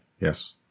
Yes